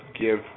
give